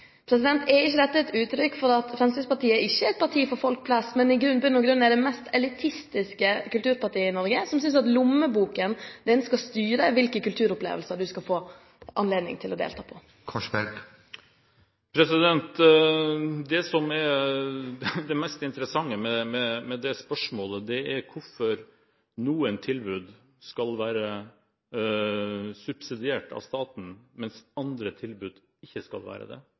Er ikke dette et uttrykk for at Fremskrittspartiet ikke er et parti for folk flest, men i bunn og grunn er det mest elitistiske kulturpartiet i Norge, som synes at lommeboken skal styre hvilke kulturopplevelser du skal få anledning til å delta på? Det som er det mest interessante med det spørsmålet, er hvorfor noen tilbud skal være subsidiert av staten, mens andre tilbud ikke skal være det.